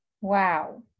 Wow